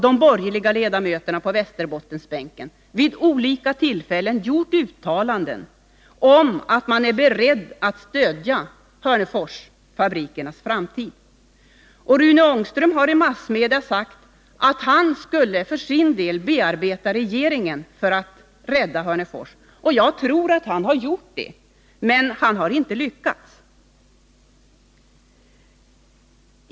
De borgerliga ledamöterna på Västerbottensbänken har också vid olika tillfällen gjort uttalanden, som går ut på att man är beredd att stödja Hörneforsfabrikernas framtid. Rune Ångström har för sin del sagt i massmedia att han skulle bearbeta regeringen för att rädda Hörnefors. Jag tror att han har gjort det, men han har inte lyckats.